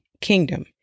kingdom